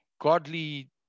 godly